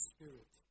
Spirit